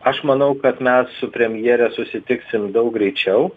aš manau kad mes su premjere susitiksim daug greičiau